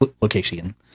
location